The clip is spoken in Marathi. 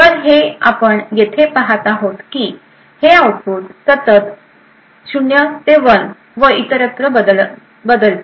तर हे आपण येथे पाहत आहोत की हे आउटपुट सतत 0 ते 1 व इतरात बदलते